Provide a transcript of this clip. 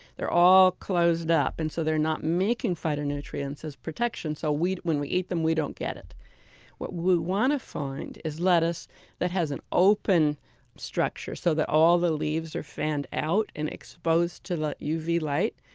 they're all closed up, and so they're not making phytonutrients as protection. so when we eat them, we don't get it what we want to find is lettuce that has an open structure so that all the leaves are fanned out and exposed to the uv light,